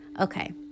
okay